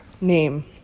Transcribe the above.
name